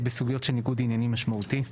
בסוגיות של ניגוד עניינים משמעותי'.